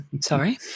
sorry